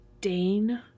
dane